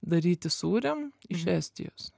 daryti sūriam iš estijos